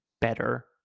better